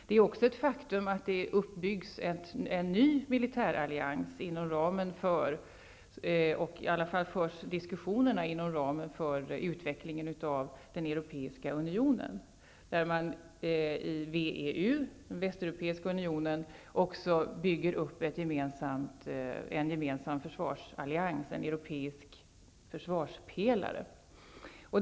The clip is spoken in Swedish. Det är också ett faktum att det byggs upp en ny militärallians; i varje fall förs diskussionerna inom ramen för utvecklingen av den europeiska unionen. I WEU, den västeuropeiska unionen, bygger man också upp en gemensam försvarsallians, en europeisk försvarspelare.